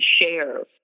share